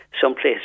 someplace